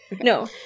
No